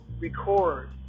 record